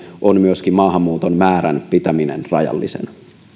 on myöskin maahanmuuton määrän pitäminen rajallisena